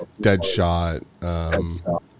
deadshot